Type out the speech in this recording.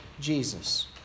Jesus